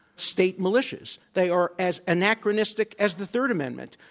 state militias. they are as anachronistic as the third amendment,